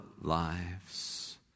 lives